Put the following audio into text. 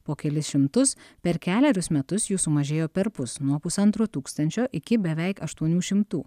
po kelis šimtus per kelerius metus jų sumažėjo perpus nuo pusantro tūkstančio iki beveik aštuonių šimtų